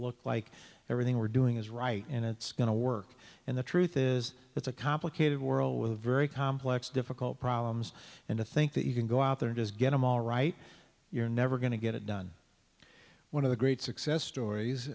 look like everything we're doing is right and it's going to work and the truth is it's a complicated world with very complex difficult problems and to think that you can go out there does get them all right you're never going to get it done one of the great success stories